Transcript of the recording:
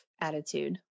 attitude